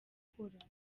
gukora